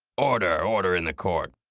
order, order in the court.